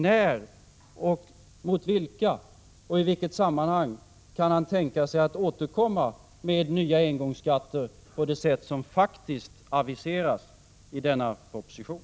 När, mot vilka och i vilket sammanhang kan finansministern tänka sig att återkomma med nya engångsskatter på det sätt som faktiskt aviseras i denna proposition?